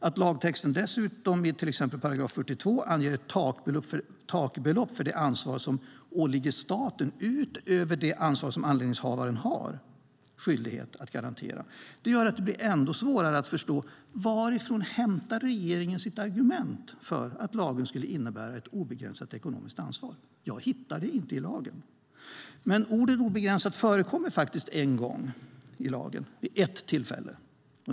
Att lagtexten dessutom i till exempel 42 § anger ett takbelopp för det ansvar som åligger staten utöver det ansvar som anläggningshavaren har skyldighet att garantera gör att det blir ännu svårare att förstå varifrån regeringen hämtar sitt argument för att lagen skulle innebära ett obegränsat ekonomiskt ansvar. Jag hittar det inte i lagen. Ordet "obegränsat" förekommer faktiskt vid ett tillfälle i lagen.